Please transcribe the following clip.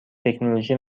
تکنولوژی